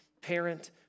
parent